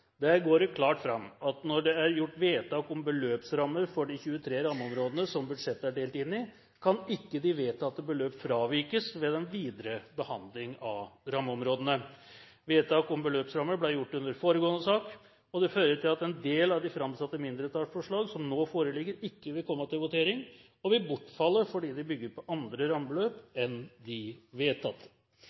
Der går det klart fram at når det er gjort vedtak om beløpsrammer for de 23 rammeområdene som budsjettet er delt inn i, kan ikke de vedtatte beløp fravikes ved den videre behandling av rammeområdene. Vedtak om beløpsrammer ble gjort under foregående sak, og det fører til at en del av de framsatte mindretallsforslag som nå foreligger, ikke vil komme til votering og vil bortfalle fordi de bygger på andre rammebeløp enn de vedtatte.